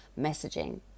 messaging